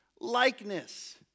likeness